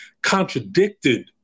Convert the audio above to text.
contradicted